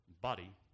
body